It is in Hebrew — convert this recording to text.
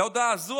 להודעה הזו,